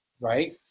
Right